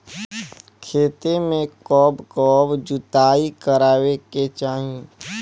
खेतो में कब कब जुताई करावे के चाहि?